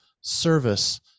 service